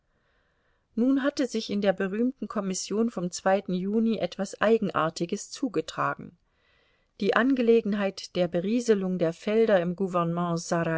nun hatte sich in der berühmten kommission vom juni etwas eigenartiges zugetragen die angelegenheit der berieselung der felder im gouvernement